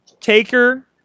Taker